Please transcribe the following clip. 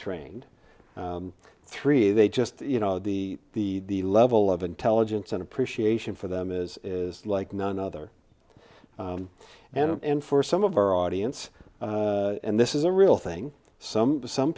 trained three they just you know the the the level of intelligence and appreciation for them is like none other and for some of our audience and this is a real thing some some